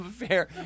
affair